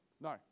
No